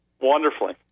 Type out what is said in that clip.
wonderfully